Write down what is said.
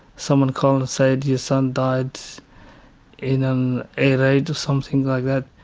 someone called and said, your son died in an air raid or something like that.